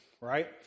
Right